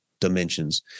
dimensions